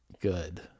good